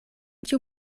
tiu